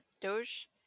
Doge